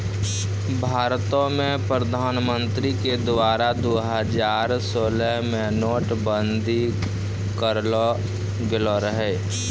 भारतो मे प्रधानमन्त्री के द्वारा दु हजार सोलह मे नोट बंदी करलो गेलो रहै